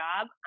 job